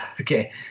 Okay